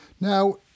Now